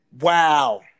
Wow